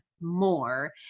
more